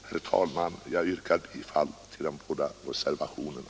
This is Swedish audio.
Herr talman! Jag vrkar bifall till de båda reservationerna.